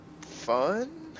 fun